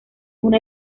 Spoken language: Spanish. una